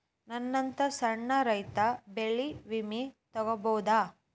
ನನ್ನಂತಾ ಸಣ್ಣ ರೈತ ಬೆಳಿ ವಿಮೆ ತೊಗೊಬೋದ?